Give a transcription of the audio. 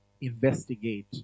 investigate